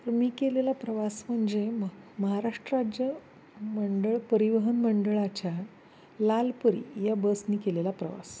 तर मी केलेला प्रवास म्हणजे म महाराष्ट्र राज्य मंडळ परिवहन मंडळाच्या लालपरी या बसने केलेला प्रवास